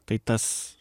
tai tas